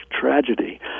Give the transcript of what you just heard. tragedy